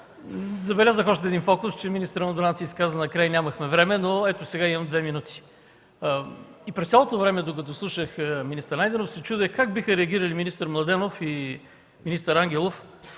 Забелязах още един фокус – че министърът на отбраната се изказа накрая и нямахме време. Но ето, сега имам две минути. През цялото време, докато слушах министър Найденов, се чудех как биха реагирали министър Младенов и министър Ангелов